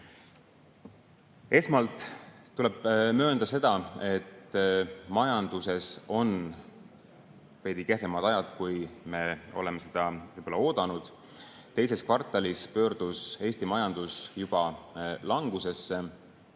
Esmalt tuleb möönda, et majanduses on veidi kehvemad ajad, kui me oleme oodanud. Teises kvartalis pöördus Eesti majandus juba langusesse.